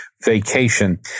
vacation